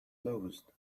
closed